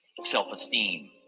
self-esteem